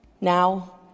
now